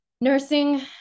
nursing